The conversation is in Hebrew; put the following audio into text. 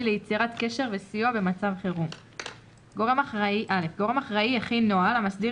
ליצירת קשר וסיוע במצב חירום 6. גורם אחראי יכין נוהל המסדיר